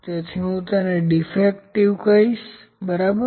તેથી હું તેને ડીફેક્ટિવ કહીશ બરાબર